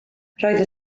roedd